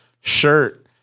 shirt